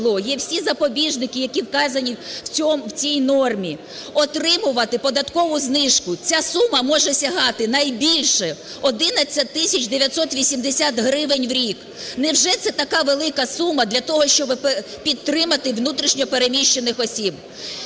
є всі запобіжники, які вказані в цій нормі, отримувати податкову знижку. Ця сума може сягати найбільше 11 тисяч 980 гривень в рік. Невже це така велика сума для того, щоби підтримати внутрішньо переміщених осіб?